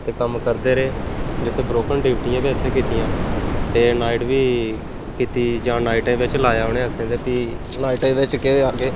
ते कम्म करदे रेह् जित्थें बरोकन ड्यूटी बी असें कीतियां डे नाइट बी कीती जां नाइटें बिच्च लाया उ'नें असें ते फ्ही नाइटें बिच्च केह् होएआ कि